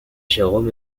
jérôme